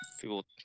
people